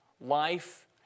life